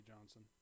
Johnson